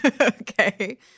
Okay